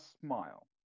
smile